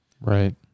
Right